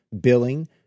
billing